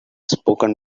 spoken